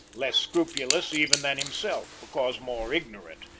less scrupulous even than himself because more ignorant,